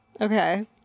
Okay